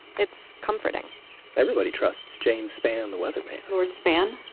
it's comforting everybody trusts james spann, the weatherman lord spann?